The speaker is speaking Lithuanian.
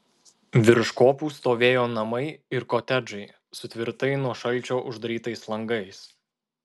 virš kopų stovėjo namai ir kotedžai su tvirtai nuo šalčio uždarytais langais